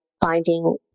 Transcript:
finding